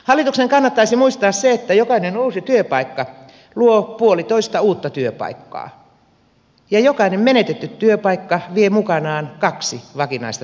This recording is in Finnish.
hallituksen kannattaisi muistaa se että jokainen uusi työpaikka luo puolitoista uutta työpaikkaa ja jokainen menetetty työpaikka vie mukanaan kaksi vakinaista työpaikkaa